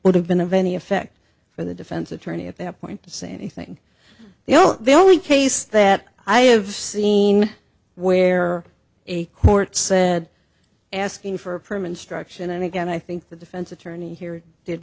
would have been of any effect for the defense attorney at that point to say anything you know the only case that i have seen where a court said asking for a permanent struction and again i think the defense attorney here did